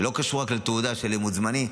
וזה לא קשור רק לתעודה אם הוא זמני.